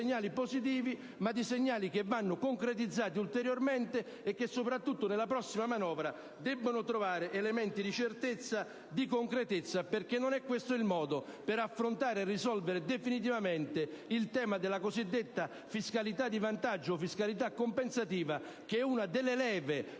di segnali positivi, ma che vanno concretizzati ulteriormente e che soprattutto nella prossima manovra dovranno trovare elementi di certezza e di concretezza. Non è infatti questo il modo per affrontare e risolvere definitivamente il tema della cosiddetta fiscalità di vantaggio, o fiscalità compensativa, una della leve